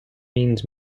means